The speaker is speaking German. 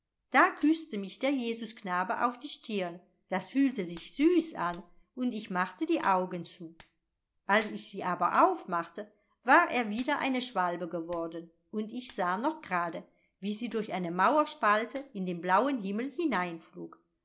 da küßte mich der jesusknabe auf die stirn das fühlte sich süß an und ich machte die augen zu als ich sie aber aufmachte war er wieder eine schwalbe geworden und ich sah noch grade wie sie durch eine mauerspalte in den blauen himmel